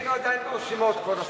שנינו עדיין ברשימות, כבוד השר.